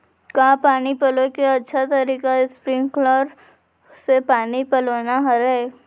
का पानी पलोय के अच्छा तरीका स्प्रिंगकलर से पानी पलोना हरय?